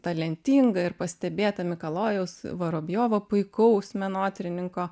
talentinga ir pastebėta mikalojaus vorobjovo puikaus menotyrininko